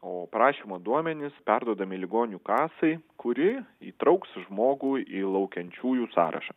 o prašymo duomenys perduodami ligonių kasai kuri įtrauks žmogų į laukiančiųjų sąrašą